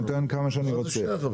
אני אגבה כמה שאני רוצה.